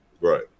Right